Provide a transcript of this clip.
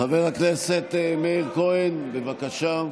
חבר הכנסת מאיר כהן, בבקשה.